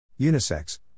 Unisex